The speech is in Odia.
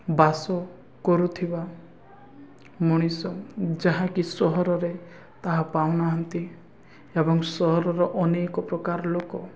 ବାସ କରୁଥିବା ମଣିଷ ଯାହାକି ସହରରେ ତାହା ପାଉନାହାନ୍ତି ଏବଂ ସହରର ଅନେକ ପ୍ରକାର ଲୋକ